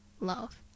love